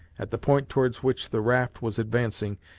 at the point towards which the raft was advancing,